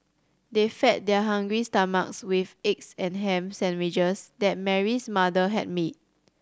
they fed their hungry stomachs with eggs and ham sandwiches that Mary's mother had made